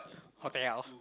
hotel